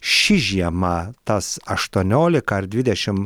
ši žiema tas aštuoniolika ar dvidešim